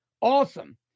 Awesome